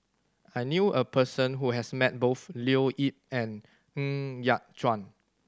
I knew a person who has met both Leo Yip and Ng Yat Chuan